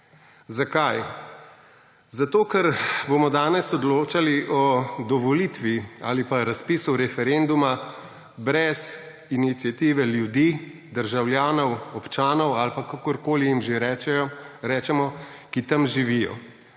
Zakaj? Zato, ker bomo danes odločali o dovolitvi ali pa razpisu referenduma brez iniciative ljudi, državljanov, občanov, kakorkoli jim že rečemo, ki tam živijo.